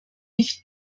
nicht